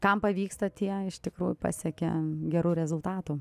kam pavyksta tie iš tikrųjų pasiekia gerų rezultatų